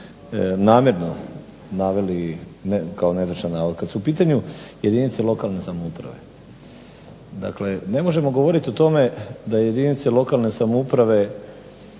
namjerno naveli kao netočan navod. Kad su u pitanju jedinice lokalne samouprave dakle ne možemo govorit o tome da jedinice lokalne samouprave,